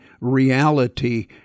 reality